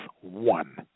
one